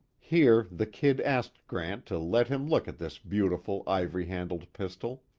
here the kid asked grant to let him look at this beautiful, ivory-handled pistol.